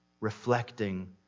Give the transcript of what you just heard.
reflecting